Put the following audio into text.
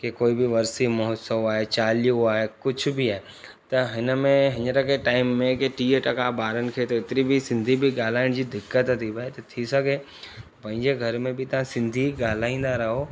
की कोई बि वरसी महोत्सव आहे चालीहो आहे कुझु बि आहे त हिन में हींअर कंहिं टाइम में के टीह टका ॿारनि खे त एतिरी बि सिंधी बि ॻाल्हाइण जी दिक़त थी पिए त थी सघे पंहिंजे घर में बि तव्हां सिंधी ॻाल्हाईंदा रहो